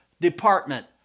department